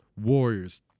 Warriors